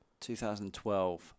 2012